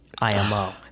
IMO